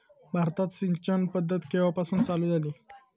भारतात सिंचन पद्धत केवापासून चालू झाली?